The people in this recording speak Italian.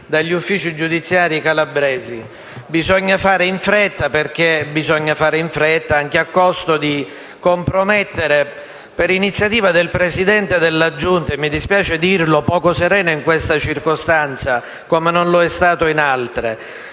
dagli uffici giudiziari calabresi. Bisogna fare in fretta, anche a costo di compromettere - per iniziativa del Presidente della Giunta, e mi dispiace dirlo, poco sereno in questa circostanza, come non lo è stato in altre